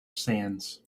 sands